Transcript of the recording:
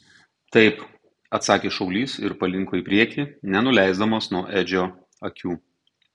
taip atsakė šaulys ir palinko į priekį nenuleisdamas nuo edžio akių